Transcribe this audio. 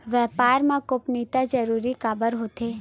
व्यापार मा गोपनीयता जरूरी काबर हे?